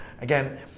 again